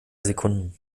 sekunden